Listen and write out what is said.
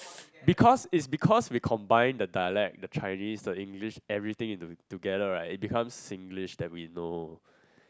because it's because we combine the dialect the Chinese the English everything into together right it becomes the Singlish that we know